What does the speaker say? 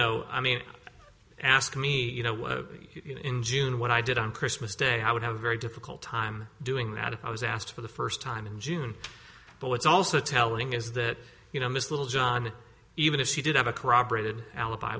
know i mean ask me you know in june what i did on christmas day i would have a very difficult time doing that if i was asked for the first time in june but what's also telling is that you know miss littlejohn even if she did have a corroborated alibi